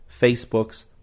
Facebooks